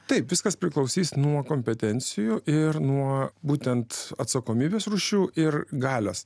taip viskas priklausys nuo kompetencijų ir nuo būtent atsakomybės rūšių ir galios